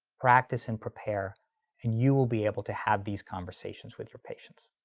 practice and prepare and you will be able to have these conversations with your patients.